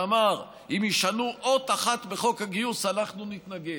שאמר: אם ישנו אות אחת בחוק הגיוס, אנחנו נתנגד.